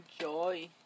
joy